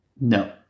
no